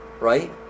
Right